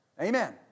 Amen